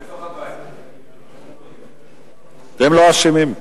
חוק לתיקון פקודת העיריות (מס' 122),